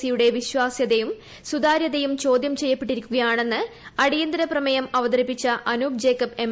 C യുടെ വിശ്വാസ്യതയും സുതാര്യതയും ചോദ്യം ചെയ്യപ്പെട്ടിരിക്കുകയാണെന്ന് അടിയന്തിര പ്രമേയം അവതരിപ്പിച്ച അനൂപ് ജ്ക്കബ് എം